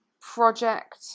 project